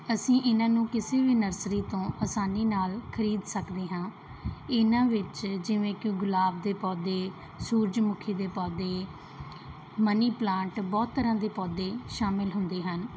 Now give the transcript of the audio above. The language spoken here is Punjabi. ਅਸੀਂ ਇਹਨਾਂ ਨੂੰ ਕਿਸੇ ਵੀ ਨਰਸਰੀ ਤੋਂ ਆਸਾਨੀ ਨਾਲ ਖਰੀਦ ਸਕਦੇ ਹਾਂ ਇਹਨਾਂ ਵਿੱਚ ਜਿਵੇਂ ਕਿ ਗੁਲਾਬ ਦੇ ਪੌਦੇ ਸੂਰਜ ਮੁਖੀ ਦੇ ਪੌਦੇ ਮਨੀ ਪਲਾਂਟ ਬਹੁਤ ਤਰ੍ਹਾਂ ਦੇ ਪੌਦੇ ਸ਼ਾਮਿਲ ਹੁੰਦੇ ਹਨ